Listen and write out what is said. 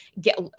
get